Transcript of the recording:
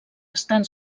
estan